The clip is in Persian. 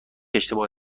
اشتباه